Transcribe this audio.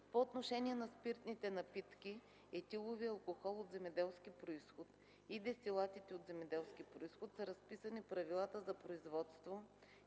По отношение на спиртните напитки, етиловия алкохол от земеделски произход и дестилатите от земеделски произход са разписани правилата за производство,